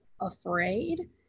afraid